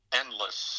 endless